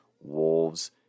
Wolves